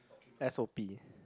S_O_P